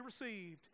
received